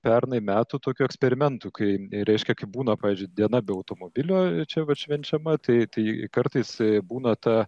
pernai metų tokių eksperimentų kai reiškia kaip būna pavyzdžiui diena be automobilio ir čia vat švenčiama tai tai kartais būna ta